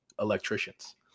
electricians